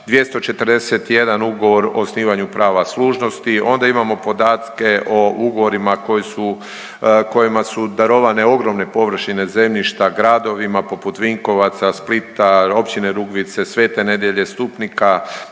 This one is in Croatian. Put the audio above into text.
241 ugovor o osnivanju prava služnosti. Onda imamo podatke o ugovorima koji su, kojima su darovane ogromne površine zemljišta gradovima poput Vinkovaca, Splita, Općine Rugvice, Svete Nedjelje, Stupnika,